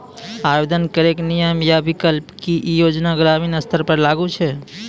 आवेदन करैक नियम आ विकल्प? की ई योजना ग्रामीण स्तर पर लागू छै?